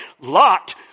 Lot